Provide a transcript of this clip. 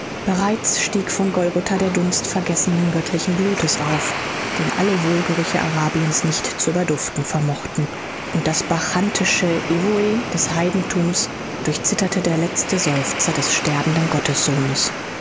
bereits stieg von golgatha der dunst vergossenen göttlichen blutes auf den alle wohlgerüche arabiens nicht zu überduften vermochten und das bacchantische evo des heidenthums durchzitterte der letzte seufzer des sterbenden